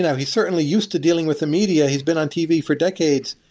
yeah he's certainly used to dealing with the media. he's been on tv for decades,